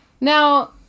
Now